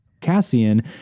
Cassian